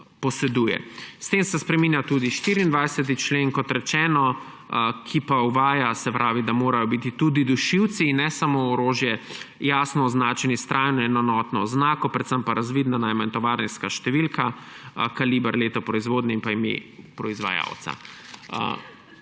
poseduje. S tem se spreminja tudi 24. člen, kot rečeno, ki uvaja, da morajo biti tudi dušilci in ne samo orožje jasno označeni s trajno in enotno oznako, predvsem pa mora biti razvidna najmanj tovarniška številka, kaliber, leto proizvodnje in ime proizvajalca.